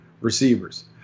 receivers